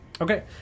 Okay